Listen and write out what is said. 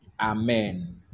amen